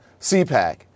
CPAC